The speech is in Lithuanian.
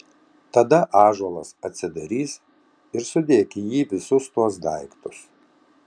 tada ąžuolas atsidarys ir sudėk į jį visus tuos daiktus